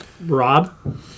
Rob